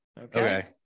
Okay